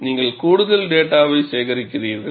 எனவே நீங்கள் கூடுதல் டேட்டாவை சேகரிக்கிறீர்கள்